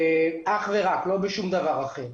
ולא בשום דבר אחר.